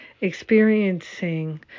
experiencing